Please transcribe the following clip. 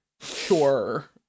Sure